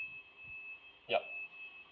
yup